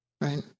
Right